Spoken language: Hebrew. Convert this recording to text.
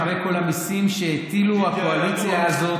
אחרי כל המיסים שהטילה הקואליציה הזאת,